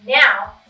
Now